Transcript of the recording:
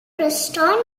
preston